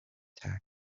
tack